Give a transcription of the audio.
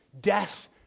death